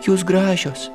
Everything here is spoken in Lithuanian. jūs gražios